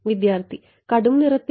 വിദ്യാർത്ഥി കടും നിറത്തിൽ